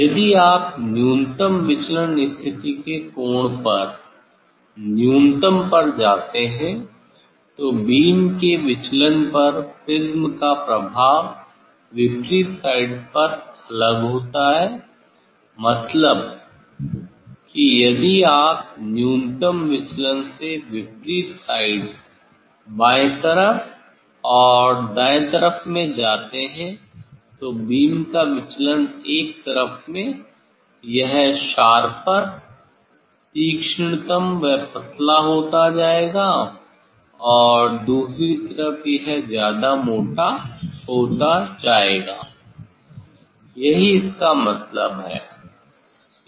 यदि आप न्यूनतम विचलन स्थिति के कोण पर न्यूनतम पर जाते हैं तो बीम के विचलन पर प्रिज्म का प्रभाव विपरीत साइड्स पर अलग होता है मतलब है कि यदि आप न्यूनतम विचलन से विपरीत साइड्स बाईं तरफ और दांये तरफ में जाते हैं तो बीम का विचलन एक तरफ में यह शार्पर तीक्षणतम व पतला होता जाएगा और दूसरी तरफ यह ज्यादा मोटा होता जाएगा यही इसका मतलब है